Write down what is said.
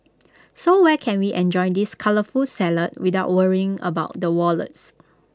so where can we enjoy this colourful salad without worrying about the wallets